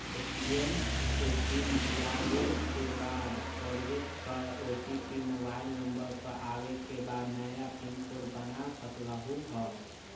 ATM के PIN भुलागेल के बाद फोरगेट कर ओ.टी.पी मोबाइल नंबर पर आवे के बाद नया पिन कोड बना सकलहु ह?